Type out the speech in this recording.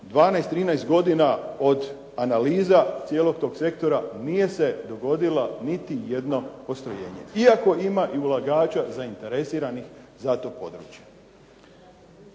12, 13 godina od analiza cijelog tog sektora nije se dogodila niti jedno postrojenje iako ima i ulagača zainteresiranih za to područje.